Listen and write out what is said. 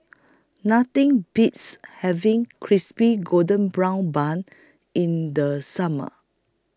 Nothing Beats having Crispy Golden Brown Bun in The Summer